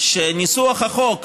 שניסוח החוק,